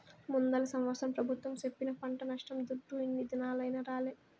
ముందల సంవత్సరం పెబుత్వం సెప్పిన పంట నష్టం దుడ్డు ఇన్ని దినాలైనా రాలే